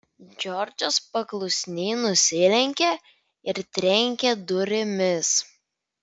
džordžas paklusniai nusilenkė ir trenkė durimis